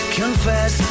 confess